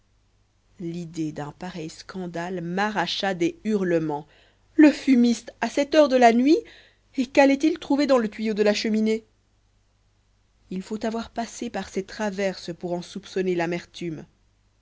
l'idée d'un pareil scandale m'arracha des hurlements le fumiste à cette heure de la nuit el qu'allait-il trouver dans le tuyau de la cheminée il faut avoir passé par ces traverses pour en soupçonner l'amertume